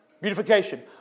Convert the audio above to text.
beautification